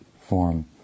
form